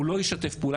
הוא לא ישתף פעולה,